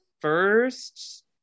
first